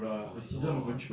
!wah!